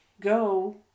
go